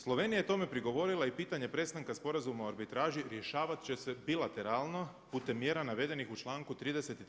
Slovenija je tome prigovorila i pitanje prestanka Sporazuma o arbitraži rješavat će se bilateralno putem mjera navedenih u članku 33.